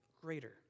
greater